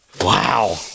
Wow